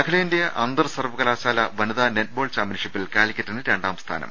അഖിലേന്ത്യാ അന്തർ സർവകലാശാല വനിതാ നെറ്റ്ബോൾ ചാമ്പ്യൻഷിപ്പിൽ കാലിക്കറ്റിന് രണ്ടാം സ്ഥാനം